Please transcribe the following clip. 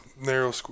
narrow